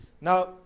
Now